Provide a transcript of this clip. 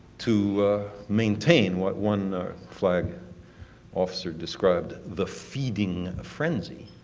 to maintain what one flag officer described, the feeding frenzy,